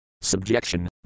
Subjection